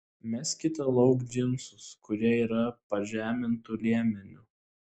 meskite lauk džinsus kurie yra pažemintu liemeniu